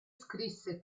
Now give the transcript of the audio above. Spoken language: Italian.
scrisse